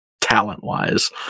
talent-wise